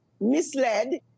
misled